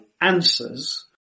answers